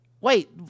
wait